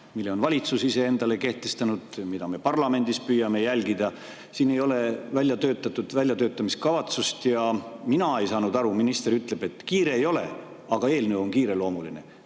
mille on valitsus ise endale kehtestanud ja mida me parlamendis püüame järgida. Siin ei ole väljatöötamiskavatsust. Mina ei saanud aru, kui minister ütles, et kiiret ei ole, aga eelnõu on kiireloomuline.